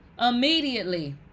Immediately